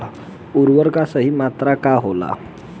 उर्वरक के सही मात्रा का होला?